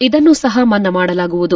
ಇದನ್ನೂ ಸಹ ಮನ್ನಾ ಮಾಡಲಾಗುವುದು